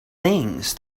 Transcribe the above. things